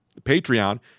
Patreon